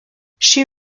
she